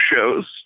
shows